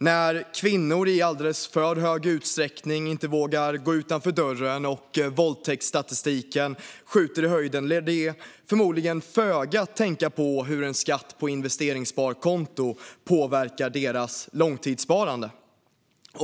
När kvinnor i alldeles för stor utsträckning inte vågar gå utanför dörren och våldtäktsstatistiken skjuter i höjden lär de förmodligen tänka föga på hur en skatt på investeringssparkonton påverkar deras långtidssparande.